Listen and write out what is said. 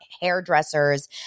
hairdresser's